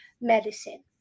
medicine